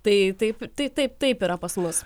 tai taip tai taip taip yra pas mus